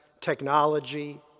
technology